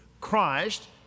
Christ